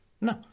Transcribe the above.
No